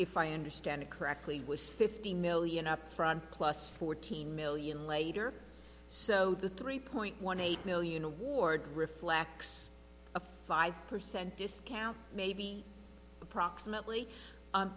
if i understand it correctly was fifty million upfront plus fourteen million later so the three point one eight million award reflects a five percent discount maybe approximately